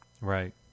Right